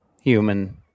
human